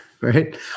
right